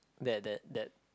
that that that